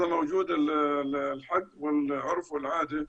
פתרון הסכסוכים בהתאם ל״חק״ ולמורשת ומסורת קיים הרבה זמן,